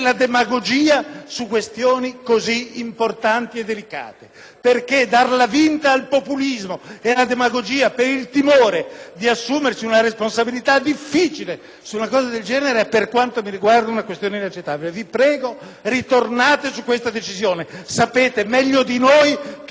delicate. Darla vinta al populismo e alla demagogia per il timore di assumersi una responsabilità difficile su una cosa del genere, per quanto mi riguarda, è una questione inaccettabile. Vi prego, ritornate su questa decisione: sapete meglio di noi che state commettendo un errore. Non c'è bisogno di andare fino in fondo.